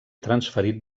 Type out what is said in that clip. transferit